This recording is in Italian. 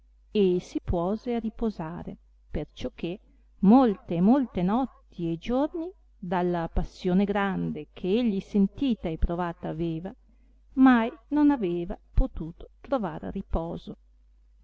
e si puose a riposare perciò che molle e molte notti e giorni dalla passione grande che egli sentita e provata aveva mai non aveva potuto trovar riposo